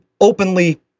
openly